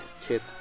tip